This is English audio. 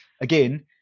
again